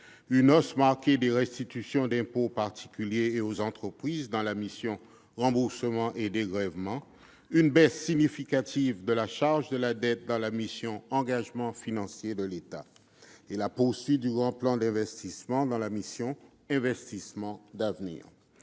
une hausse marquée des restitutions d'impôts aux particuliers et aux entreprises dans la mission « Remboursements et dégrèvements », une baisse significative de la charge de la dette dans la mission « Engagements financiers de l'État », la poursuite du Grand plan d'investissement dans la mission « Investissements d'avenir ».